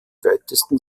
weitesten